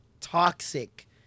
toxic